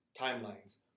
timelines